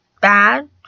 bad